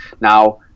Now